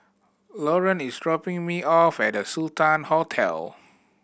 Loren is dropping me off at The Sultan Hotel